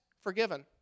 Forgiven